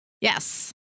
Yes